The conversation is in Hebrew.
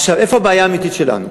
איפה הבעיה האמיתית שלנו?